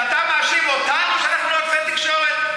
ואתה מאשים אותנו שאנחנו רודפי תקשורת?